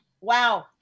Wow